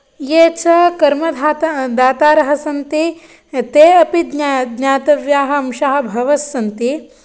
ये च कर्मधाता दातारः सन्ति ते अपि ज्ञा ज्ञातव्याः अंशाः बहवः सन्ति